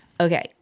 Okay